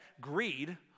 greed